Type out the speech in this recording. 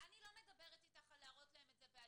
אם אנחנו רוצים להראות לו על מנת שהוא ייתן לנו הסבר